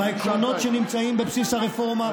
בעקרונות שנמצאים בבסיס הרפורמה,